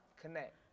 connect